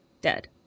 dead